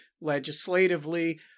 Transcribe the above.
legislatively